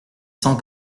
sans